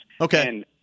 Okay